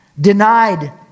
Denied